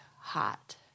hot